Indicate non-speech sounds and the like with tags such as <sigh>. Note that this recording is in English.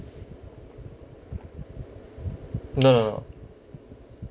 <noise> no